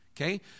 okay